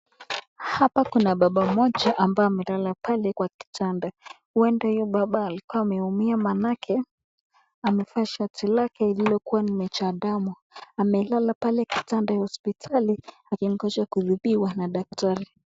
Hapa kuna baba mmoja ambaye amelala pale kwa kitanda huenda huyu baba alikuwa ameumia maanake amevaa shati lake lilokuwa nimejaa damu. Amelala pale hospitali akingoja kutibiwa na daktari.